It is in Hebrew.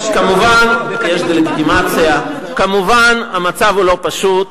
כמובן, יש דה-לגיטימציה, כמובן, המצב לא פשוט.